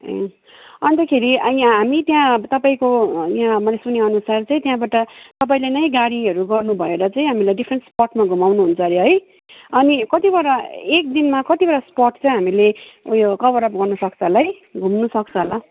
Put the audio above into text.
अन्तखेरि यहाँ हामी त्यहाँ तपाईँको यहाँ मैले सुनेअनुसार चाहिँ त्यहाँबाट तपाईँले नै गाडीहरू गर्नु भएर चाहिँ हामीलाई डिफरेन्ट्स स्पटमा घुमाउनु हुन्छ हरे है अनि कतिवटा एकदिनमा कतिवटा स्पट चाहिँ हामीले उयो कबरअप गर्न सक्छ होला है घुम्नु सक्छ होला